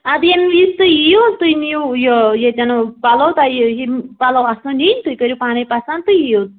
اَدٕ ییٚلہِ یِیِو تُہۍ یِیِو تُہۍ نِیِو یہِ ییٚتیٚن پَلَو پَلَو آسَن نِنۍ تُہۍ کٔرِو پانٕے پسنٛد تہٕ یِیِو